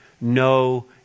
no